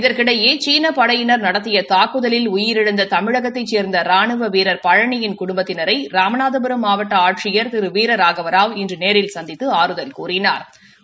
இதற்கிடையே சீன படையினர் நடத்திய தாக்குதலில் உயிரிழந்த தமிழகத்தைச் சேர்ந்த ராணுவ வீரர் பழனியின் குடும்பத்தினரை ராமநாதபுரம் மாவட்ட ஆட்சியர் திரு வீர ராகவராவ் இன்று நேரில் சந்தித்து ஆறுதல் கூறினா்